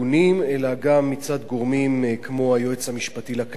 אלא גם מצד גורמים כמו היועץ המשפטי לכנסת